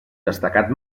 destacat